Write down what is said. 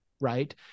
right